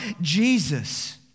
Jesus